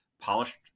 polished